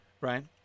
right